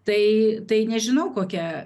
tai tai nežinau kokia